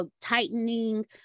tightening